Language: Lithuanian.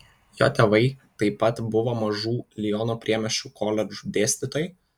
jo tėvai taip pat buvo mažų liono priemiesčių koledžų dėstytojai